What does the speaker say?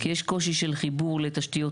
כי יש קושי של חיבור לתשתיות,